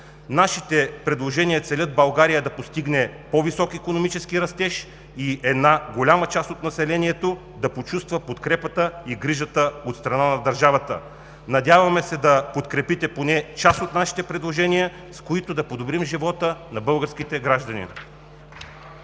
Нашите предложения целят България да постигне по-висок икономически растеж и една голяма част от населението да почувства подкрепа и грижа от страна на държавата. Надяваме се да подкрепите поне част от нашите предложения, с които да подобрим живота на българските граждани.